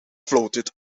floated